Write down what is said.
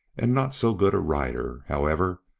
and not so good a rider however,